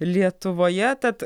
lietuvoje tad